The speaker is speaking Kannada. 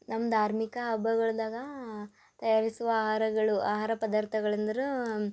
ನಮ್ಮ ಧಾರ್ಮಿಕ ಹಬ್ಬಗಳ್ದಾಗ ತಯಾರಿಸುವ ಆಹಾರಗಳು ಆಹಾರ ಪದಾರ್ಥಗಳು ಎಂದ್ರೆ